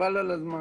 חבל על הזמן.